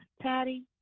Patty